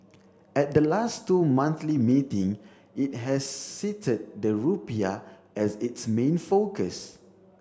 at the last two monthly meeting it has cited the rupiah as its main focus